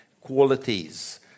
qualities